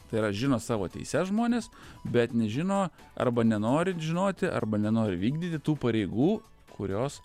tai yra žino savo teises žmonės bet nežino arba nenorit žinoti arba nenori vykdyti tų pareigų kurios